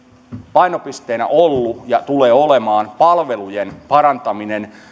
painopisteenä ollut ja tulee olemaan palvelujen parantaminen ja